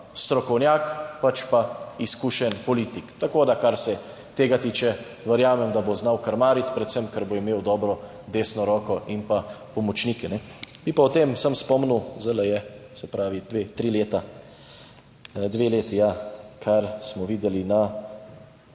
strokovnjak, pač pa izkušen politik. Tako, kar se tega tiče, verjamem, da bo znal krmariti, predvsem ker bo imel dobro desno roko in pomočnike. Bi pa ob tem samo spomnil, zdajle je dve, tri letak dve leti, ja, kar smo videli v